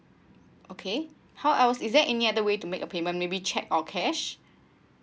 okay how I was is there any other way to make a payment maybe cheque or cash